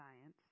science